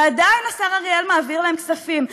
ועדיין השר אריאל מעביר להן כספים.